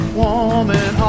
woman